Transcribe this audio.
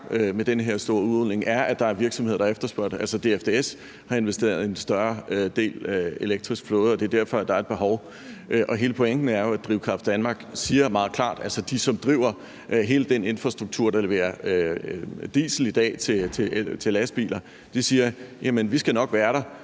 med den her store udrulning, er, at der er virksomheder, der efterspørger det. Altså, DFDS har investeret i en større del af en elektrisk flåde, og det er derfor, der er et behov. Hele pointen er jo, at Drivkraft Danmark – altså dem, som driver hele den infrastruktur, der i dag leverer diesel til lastbiler – meget klart siger: Vi skal nok være der,